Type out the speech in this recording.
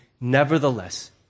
nevertheless